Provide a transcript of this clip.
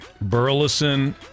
Burleson